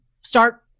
start